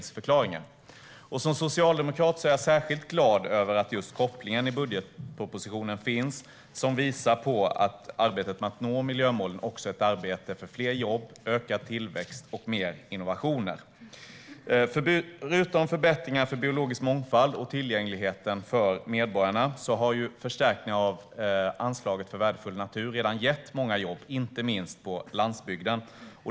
Som socialdemokrat är jag särskilt glad över att det finns en koppling i budgetpropositionen som visar att arbetet med att nå miljömålen också är ett arbete för fler jobb, ökad tillväxt och mer innovationer. Förutom förbättringar för biologisk mångfald och för tillgänglighet för medborgarna har förstärkningar av anslaget för värdefull natur redan gett många jobb, inte minst på landsbygden.